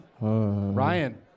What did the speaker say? Ryan